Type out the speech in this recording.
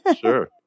Sure